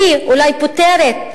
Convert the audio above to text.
והיא אולי פותרת,